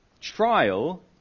trial